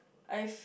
I fe~